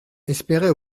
espérait